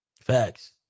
Facts